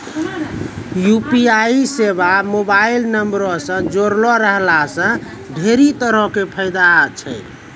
UPI सेबा mobile नंबरो से जुड़लो रहला से ढेरी तरहो के फायदा छै